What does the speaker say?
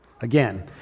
Again